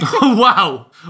Wow